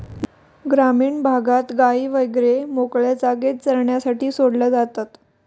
ग्रामीण भागात गायी वगैरे मोकळ्या जागेत चरण्यासाठी सोडल्या जातात